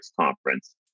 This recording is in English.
conference